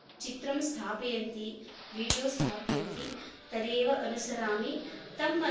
चित्रं स्थापयन्ति वीडियो स्थापयन्ति तदेव अनुसरामि तम् अनुसरामि